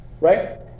right